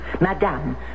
Madame